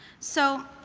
so,